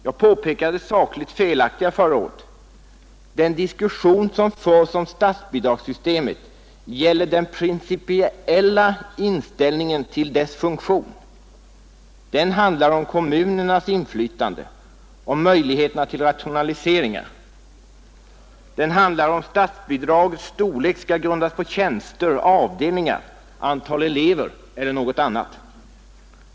Jag påpekade det sakligt felaktiga förra året. Den diskussion som förs om statsbidragssystemet gäller den principiella inställningen till dess funktion. Den handlar om kommunernas inflytande, om möjligheterna till rationaliseringar. Den handlar om huruvida statsbidragets storlek skall grundas på tjänster, avdelningar, antal elever eller något annat.